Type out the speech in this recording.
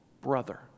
brother